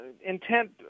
intent